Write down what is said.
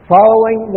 Following